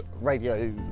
radio